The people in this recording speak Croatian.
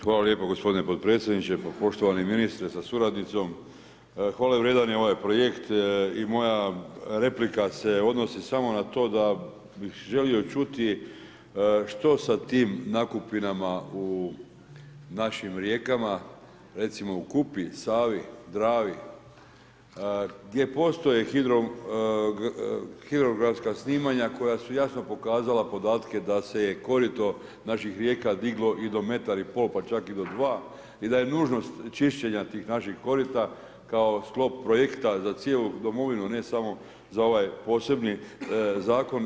Hvala lijepo gospodine podpredsjedniče, pa poštovani ministre sa suradnicom, hvale vrijedan je ovaj projekt i moja replika se odnosi samo na to da bih želio čuti što sa tim nakupinama u našim rijekama, recimo u Kupi, Savi, Dravi gdje postoje hidrografska snimanja koja su jasno pokazala podatke da se je korito naših rijeka diglo i do metar i pol pa čak i do dva i da je nužnost čišćenja tih naših korita, kao sklop projekta za cijelu domovinu ne samo za ovaj posebni zakon.